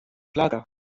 lager